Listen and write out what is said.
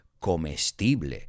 comestible